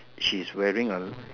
she's wearing A